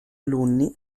alunni